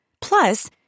Plus